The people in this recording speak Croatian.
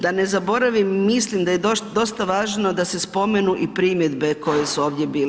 Da ne zaboravim, mislim da je dosta važno da se spomenu i primjedbe koje su ovdje bile.